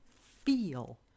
feel